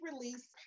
release